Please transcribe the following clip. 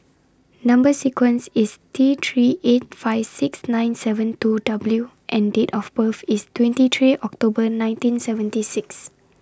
Number sequence IS T three eight five six nine seven two W and Date of birth IS twenty three October nineteen seventy six